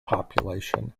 population